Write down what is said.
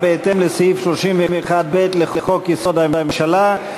בהתאם לסעיף 31(ב) לחוק-יסוד: הממשלה,